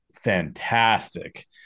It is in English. fantastic